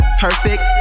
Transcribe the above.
Perfect